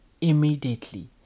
immediately